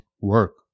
work